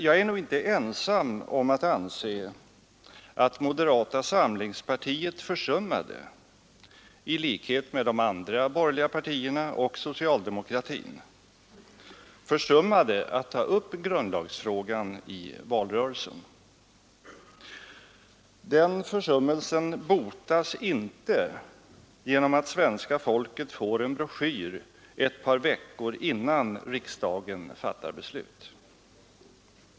Jag är nog inte ensam om att anse att moderata samlingspartiet försummade — i likhet med de andra borgerliga partierna och socialdemokratin — att ta upp grundlagsfrågan i valrörelsen. Den försummelsen botas inte genom att svenska folket får en broschyr innan riksdagen fattar beslut.